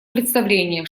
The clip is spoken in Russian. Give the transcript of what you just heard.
представление